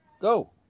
go